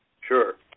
Sure